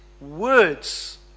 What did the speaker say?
words